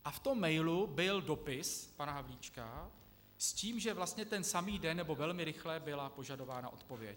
A v tom mailu byl dopis pana Havlíčka s tím, že vlastně ten samý den nebo velmi rychle byla požadována odpověď.